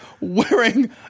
wearing